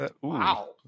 wow